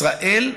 ישראל,